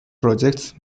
projects